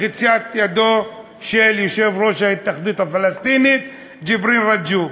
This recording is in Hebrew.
לחיצת ידו של יושב-ראש ההתאחדות הפלסטינית ג'יבריל רג'וב.